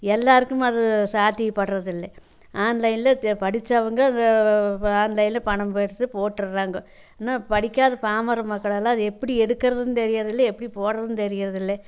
எல்லாருக்கும் அது சாத்தியபட்றதில்லை ஆன்லைன்ல படித்தவங்க இந்த ஆன்லைன்ல பணம் எடுத்து போட்டுடுறாங்க இன்னும் படிக்காத பாமர மக்களல்லாம் அது எப்படி எடுக்கிறதுன்னு தெரியிறதில்லை எப்படி போடுறதுன்னு தெரியிறதில்லை